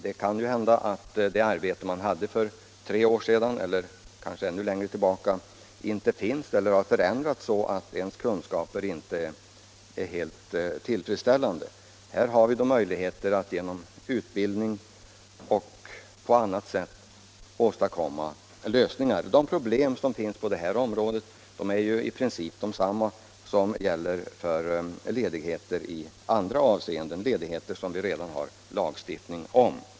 Det kan ju hända att det arbete man hade för tre år sedan eller mera inte finns kvar eller har förändrats så att ens kunskaper inte är helt tillfredsställande. Här har vi då möjligheter att genom utbildning och på annat sätt åstadkomma lösningar. Problemen på området är ju i princip desamma som när det gäller ledighet i andra avseenden — ledigheter som vi redan har lagstiftning om.